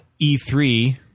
E3